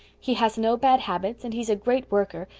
he has no bad habits and he's a great worker,